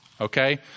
okay